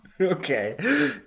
Okay